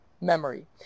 memory